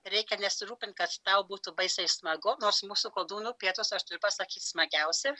reikia nesirūpint kad tau būtų baisiai smagu nors mūsų koldūnų pietus aš turiu pasakyti smagiausi